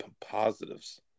positives